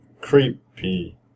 creepy